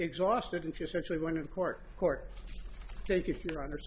exhausted and just actually went to court court so if you're under